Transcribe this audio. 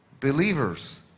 believers